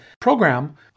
program